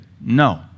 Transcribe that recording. no